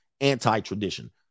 anti-tradition